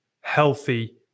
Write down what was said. healthy